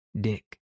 Dick